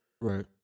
Right